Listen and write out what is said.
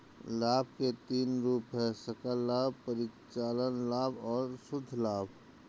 लाभ के तीन रूप हैं सकल लाभ, परिचालन लाभ और शुद्ध लाभ